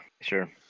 Sure